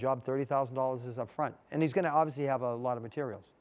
job thirty thousand dollars is up front and he's going to obviously have a lot of materials